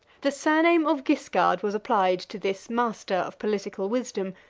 the surname of guiscard was applied to this master of political wisdom,